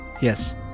Yes